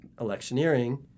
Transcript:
electioneering